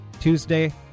Tuesday